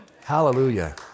Hallelujah